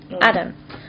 Adam